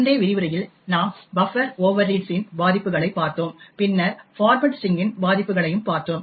முந்தைய விரிவுரையில் நாம் பஃப்பர் ஓவர்ரீட்ஸ் இன் பாதிப்புகளைப் பார்த்தோம் பின்னர் பார்மேட் ஸ்டிரிங் இன் பாதிப்புகளையும் பார்த்தோம்